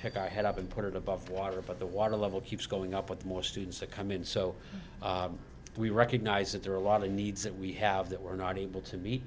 pick our head up and put it above water but the water level keeps going up with more students to come in so we recognise that there are a lot of needs that we have that we're not able to meet